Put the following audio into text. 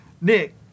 Nick